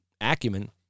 acumen